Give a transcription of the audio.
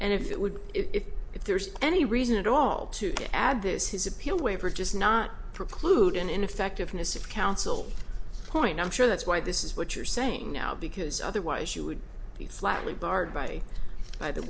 and if it would if if there's any reason at all to add this his appeal waiver just not preclude an ineffectiveness of counsel point i'm sure that's why this is what you're saying now because otherwise you would be flatly barred by by the